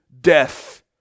death